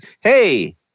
hey